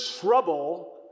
trouble